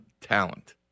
talent